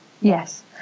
Yes